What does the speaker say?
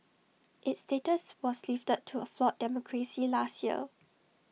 its status was lifted to A flawed democracy last year